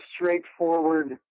straightforward